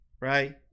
right